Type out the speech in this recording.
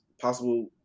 possible